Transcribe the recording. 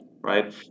right